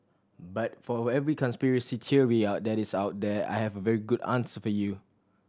but for every conspiracy theory that is out there I have a very good answer for you